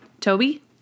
Toby